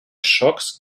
shocks